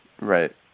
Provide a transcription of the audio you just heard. right